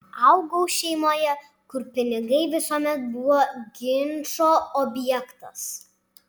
augau šeimoje kur pinigai visuomet buvo ginčo objektas